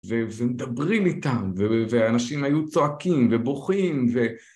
ו... ומדברים איתם, ואנשים היו צועקים ובוכים ו...